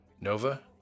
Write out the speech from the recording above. Nova